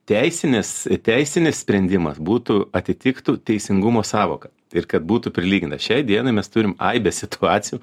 teisinis teisinis sprendimas būtų atitiktų teisingumo sąvoką ir kad būtų prilyginta šiai dienai mes turime aibę situacijų